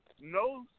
no